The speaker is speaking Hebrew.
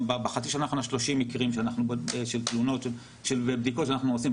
בחצי השנה האחרונה יש לנו 30 מקרים של בדיקות שאנחנו מבצעים,